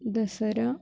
Dasara